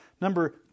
Number